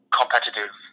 competitive